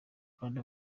kandi